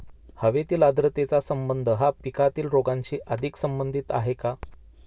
हवेतील आर्द्रतेचा संबंध हा पिकातील रोगांशी अधिक संबंधित आहे का?